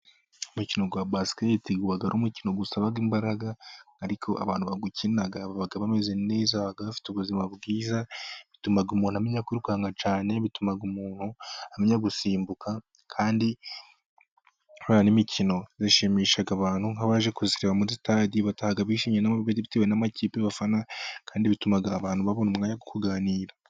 Umukino wa basiketi uba ari umukino usaba imbaraga ariko abantu bawukina baba bameze neza, baba bafite ubuzima bwiza bituma umuntu amenya kwirukanka cyane, bituma umuntu amenya gusimbuka, kandi n'imikino yashimisha abantu nk'abaje kuyireba muri sitade bishimye bitewe n'amakipe bafana, kandi bituma abantu babona umwanya wo kuganira.